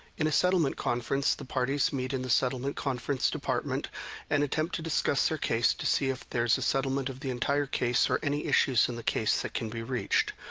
in a settlement conference the parties meet in the settlement conference department and attempt to discuss their case to see if there's a settlement of the entire case or any issues in the case that can be reached.